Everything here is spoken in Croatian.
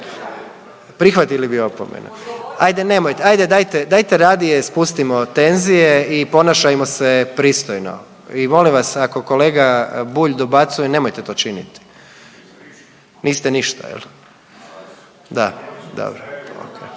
Prihvatili bi opomenu? Ajde nemojte, ajde dajte, dajte radije spustimo tenzije i ponašajmo se pristojno i molim vas, ako kolega Bulj dobacuje, nemojte to činiti. .../Upadica se ne čuje./...